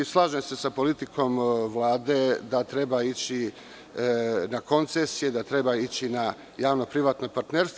Slažem se sa politikom Vlade da treba ići na koncesije, da treba ići na javno-privatna partnerstva.